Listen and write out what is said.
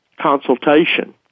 consultation